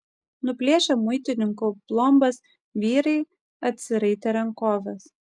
nuplėšę muitininkų plombas vyrai atsiraitė rankoves